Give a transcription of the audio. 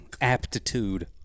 aptitude